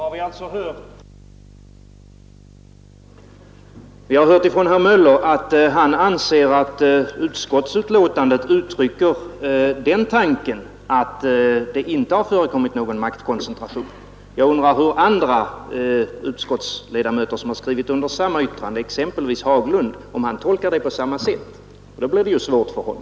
Fru talman! Vi har hört av herr Möller i Göteborg att han anser att utskottsbetänkandet uttrycker den tanken att det inte har förekommit någon maktkoncentration. Jag undrar om andra utskottsledamöter som har skrivit under samma betänkande, exempelvis herr Haglund, tolkar det på samma sätt. I så fall blir det ju svårt för honom.